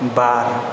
बार